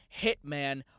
Hitman